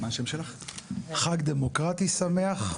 חג דמוקרטי שמח,